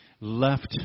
left